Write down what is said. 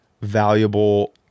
valuable